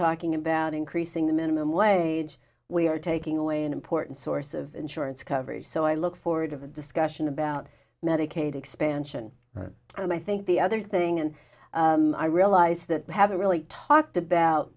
talking about increasing the minimum wage we are taking away an important source of insurance covers so i look forward to the discussion about medicaid expansion and i think the other thing and i realize that haven't really talked about